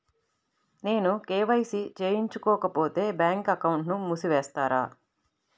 నేను కే.వై.సి చేయించుకోకపోతే బ్యాంక్ అకౌంట్ను మూసివేస్తారా?